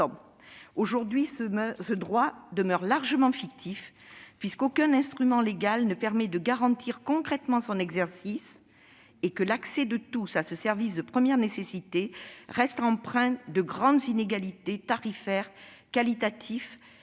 aujourd'hui, ce droit demeure largement fictif, puisque aucun instrument légal ne permet de garantir concrètement son exercice et que l'accès de tous à ce service de première nécessité reste empreint de grandes inégalités tarifaires, qualitatives